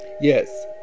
yes